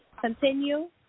Continue